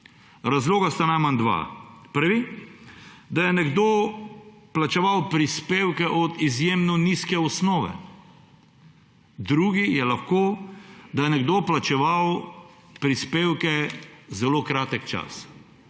Razloga sta najmanj dva. Prvi je, da je nekdo plačeval prispevke od izjemno nizke osnove. Drugi je lahko, da je nekdo plačeval prispevke zelo kratek čas,